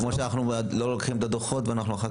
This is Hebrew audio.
זה כמו שאנחנו לא לוקחים את הדוחות ואחר